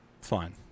Fine